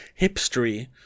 hipstery